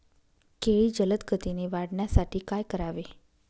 केळी जलदगतीने वाढण्यासाठी काय करावे?